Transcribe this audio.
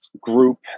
group